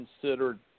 considered